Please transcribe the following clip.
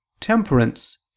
Temperance